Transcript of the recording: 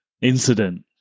incident